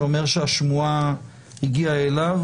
שאומר שהשמועה הגיעה אליו.